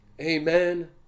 amen